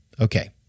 Okay